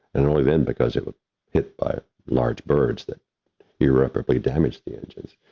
and only then, because it was hit by large birds that irreparably damaged the engines.